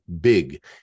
big